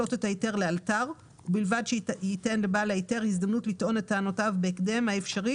בהתאמות או בלא התאמות כפי שיקבע,